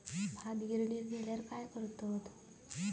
भात गिर्निवर नेल्यार काय करतत?